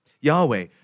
Yahweh